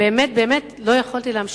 באמת באמת לא יכולתי להמשיך.